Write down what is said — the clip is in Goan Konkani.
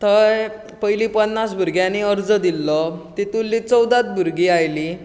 थंय पयलीं पन्नास भुरग्यांनी अर्ज दिल्लो तितूंतली चौदांच भुरगीं आयलीं